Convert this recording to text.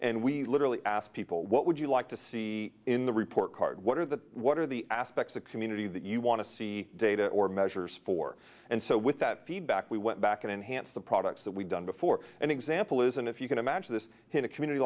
and we literally asked people what would you like to see in the report card what are the what are the aspects of community that you want to see data or measures for and so with that feedback we went back and enhance the products that we've done before an example is and if you can imagine this hit a community